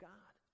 God